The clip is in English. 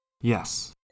Yes